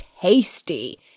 tasty